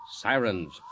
sirens